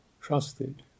trusted